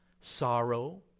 sorrow